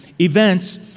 events